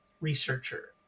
researcher